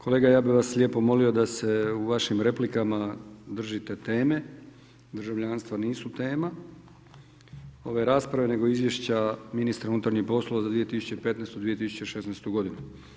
Kolega ja bih vas lijepo molio da se u vašim replikama držite teme, državljanstva nisu tema ove rasprave nego izvješća ministra unutarnjih poslova za 2015./2106. godinu.